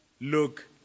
look